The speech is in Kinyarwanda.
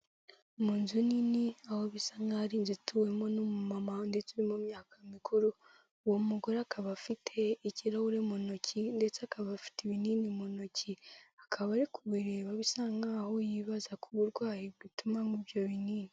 Mu nzu nini aho bisa nk'aho ari inzu ituwemo n'umumama ndetse uri mu myaka mikuru, uwo mugore akaba afite ikirahuri mu ntoki ndetse akaba afite ibinini mu ntoki akaba arikureba bisa nk'aho yibaza ku burwayi butuma anywa ibyo binini.